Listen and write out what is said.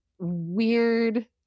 weird